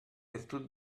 virtut